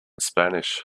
spanish